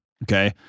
Okay